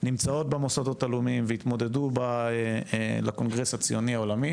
נמצאות במוסדות הלאומיים והתמודדו לקונגרס הציוני העולמי